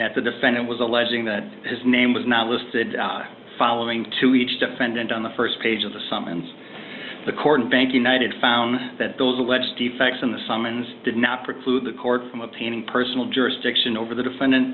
that the defendant was alleging that his name was not listed following to each defendant on the st page of the summons the court and bank united found that those alleged defects in the summons did not preclude the court from obtaining personal jurisdiction over the defendant